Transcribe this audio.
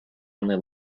only